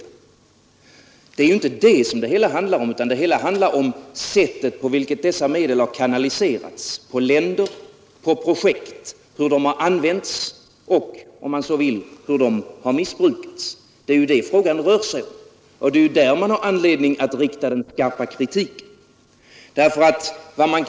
Men det är ju inte detta det handlar om, utan det hela handlar om sättet på vilket medlen har kanaliserats — på länder och på projekt — hur de har använts och, om man så vill, hur de har missbrukats. Det är vad frågan rör sig om, och det är där man har anledning att rikta den skarpa kritiken.